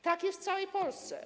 Tak jest w całej Polsce.